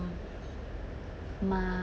my